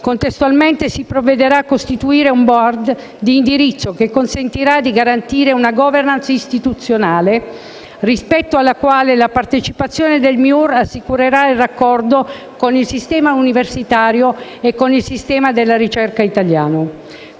Contestualmente, si provvederà a costruire un *board* di indirizzo che consentirà di garantire una *governance* istituzionale, rispetto alla quale la partecipazione del MIUR assicurerà il raccordo con il sistema universitario e della ricerca italiano.